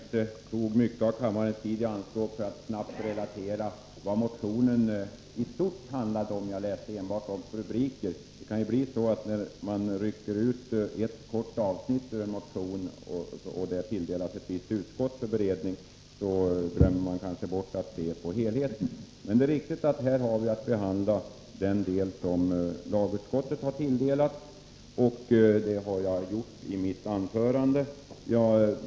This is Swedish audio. Herr talman! Jag hoppas att jag inte har tagit så mycket av kammarens tid i anspråk för att snabbt relatera vad motionen i stort handlade om. Jag läste endast upp rubriker. När man rycker ut ett kort avsnitt ur en motion och det hänvisas till ett visst utskott för beredning, glömmer man kanske bort att se på helheten. Men det är riktigt att vi här har att behandla den del som hänvisats till lagutskottet, och det är vad jag tagit upp i mitt anförande.